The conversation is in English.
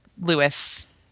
Lewis